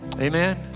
amen